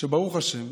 שברוך השם,